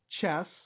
Chess